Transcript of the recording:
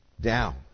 down